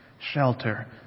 Shelter